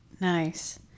Nice